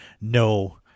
no